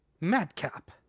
madcap